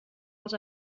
els